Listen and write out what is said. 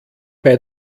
bei